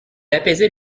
apaisait